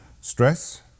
stress